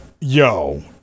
Yo